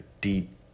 deep